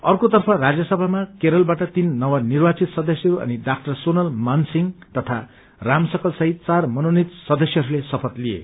अर्कोतर्फ राज्यसभामा केरलबाट तीन नवनिर्वाचित सदस्यहरू अनि डाक्टर सोनल मानसिंह तथा राम शकल सहित चार मनोनित सदस्यहरूले श्रपथ लिए